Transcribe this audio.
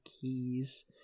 keys